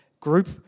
group